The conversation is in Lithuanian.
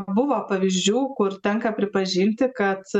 buvo pavyzdžių kur tenka pripažinti kad